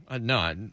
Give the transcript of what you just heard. no